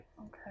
Okay